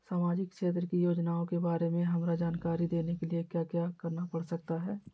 सामाजिक क्षेत्र की योजनाओं के बारे में हमरा जानकारी देने के लिए क्या क्या करना पड़ सकता है?